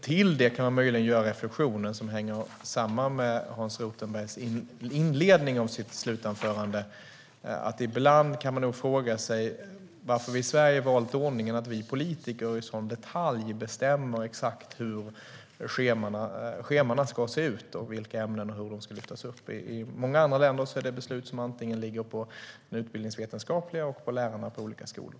Möjligen kan man göra en reflektion, som hänger samman med Hans Rothenbergs inledning av sitt slutanförande, om varför vi i Sverige har valt ordningen att vi politiker i sådan detalj bestämmer exakt hur scheman ska se ut och vilka ämnen som ska lyftas upp. I många andra länder är det beslut som ligger antingen på den utbildningsvetenskapliga nivån eller på lärarna på olika skolor.